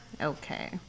Okay